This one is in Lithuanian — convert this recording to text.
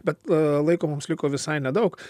bet laiko mums liko visai nedaug